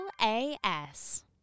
LAS